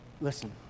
Listen